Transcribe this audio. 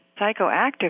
psychoactive